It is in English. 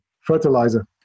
fertilizer